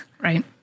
Right